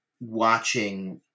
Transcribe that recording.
watching